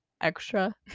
extra